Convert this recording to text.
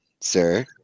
sir